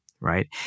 right